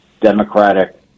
Democratic